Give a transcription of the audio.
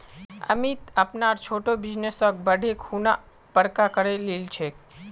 अमित अपनार छोटो बिजनेसक बढ़ैं खुना बड़का करे लिलछेक